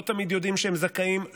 לא תמיד יודעים שהם זכאים,